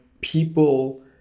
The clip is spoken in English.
people